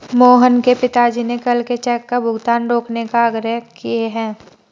मोहन के पिताजी ने कल के चेक का भुगतान रोकने का आग्रह किए हैं